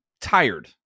tired